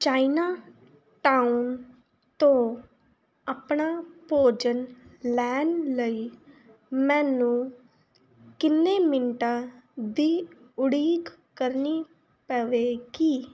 Chinatown ਤੋਂ ਆਪਣਾ ਭੋਜਨ ਲੈਣ ਲਈ ਮੈਨੂੰ ਕਿੰਨੇ ਮਿੰਟਾਂ ਦੀ ਉਡੀਕ ਕਰਨੀ ਪਵੇਗੀ